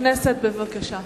לסגן מזכירת הכנסת, בבקשה.